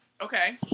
Okay